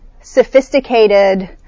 sophisticated